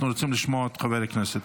אנחנו רוצים לשמוע את חבר הכנסת.